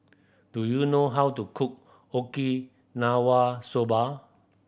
do you know how to cook Okinawa Soba